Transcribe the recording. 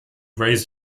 raised